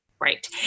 Right